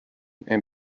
and